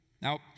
Now